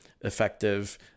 effective